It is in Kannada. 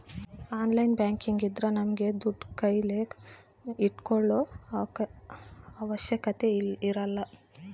ಆನ್ಲೈನ್ ಬ್ಯಾಂಕಿಂಗ್ ಇದ್ರ ನಮ್ಗೆ ದುಡ್ಡು ಕೈಲಿ ಇಟ್ಕೊಳೋ ಅವಶ್ಯಕತೆ ಇರಲ್ಲ